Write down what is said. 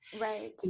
Right